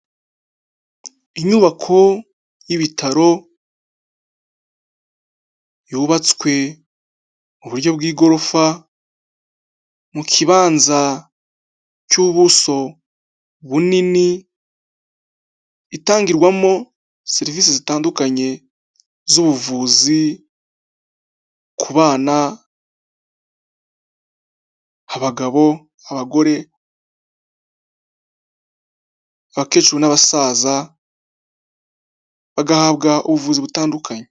Inyubako y'ibitaro yubatswe mu buryo bw'igorofa, mu kibanza cy'ubuso bunini, itangirwamo serivisi zitandukanye z'ubuvuzi ku bana, abagabo, abagore, abakecuru n'abasaza, bagahabwa ubuvuzi butandukanye.